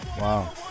wow